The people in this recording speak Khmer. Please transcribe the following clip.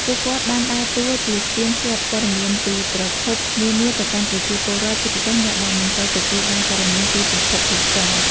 ពួកគាត់បានដើរតួជាស្ពានភ្ជាប់ព័ត៌មានពីប្រភពនានាទៅកាន់ប្រជាពលរដ្ឋ ជាពិសេសអ្នកដែលមិនសូវទទួលបានព័ត៌មានពីប្រភពផ្លូវការ។